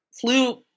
flu